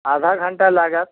आधा घण्टा लागत